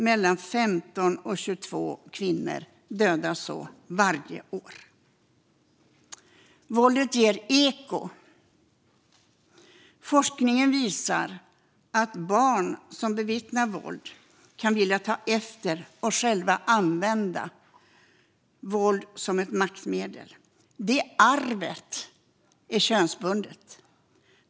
Mellan 15 och 22 kvinnor dödas på det sättet varje år. Våldet ger eko. Forskningen visar att barn som bevittnar våld kan vilja ta efter och själva använda våld som ett maktmedel. Det arvet är könsbundet.